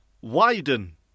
widen